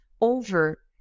over